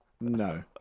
No